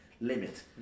limit